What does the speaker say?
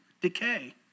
decay